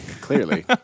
Clearly